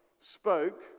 spoke